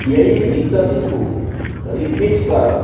ଏଇ ଗୀତଟିକୁ ରିପିଟ୍ କର